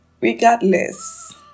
regardless